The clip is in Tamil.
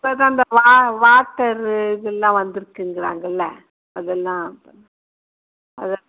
இப்போ தான் அந்த வா வாட்டரு இதெலாம் வந்திருக்குங்கிறாங்கள்ல அதெல்லாம் அதெல்